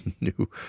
new